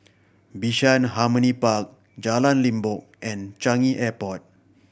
Bishan Harmony Park Jalan Limbok and Changi Airport